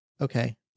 Okay